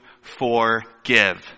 forgive